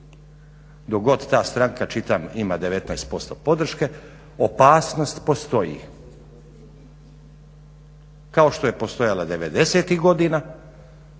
Dok god ta stranka, čita ima 19% podrške, opasnost postoji, kao što je postojala 90. godina